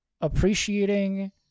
appreciating